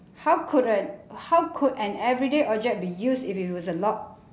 how could an how could an everyday object be used if it was a lot